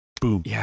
boom